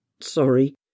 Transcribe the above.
sorry